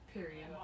Period